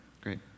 Great